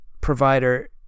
provider